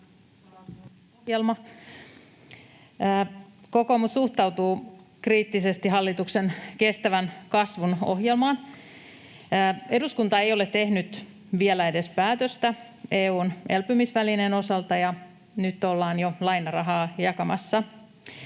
Kokoomus suhtautuu kriittisesti hallituksen kestävän kasvun ohjelmaan. Eduskunta ei ole tehnyt vielä edes päätöstä EU:n elpymisvälineen osalta, ja nyt ollaan jo lainarahaa jakamassa.